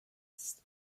list